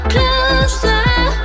Closer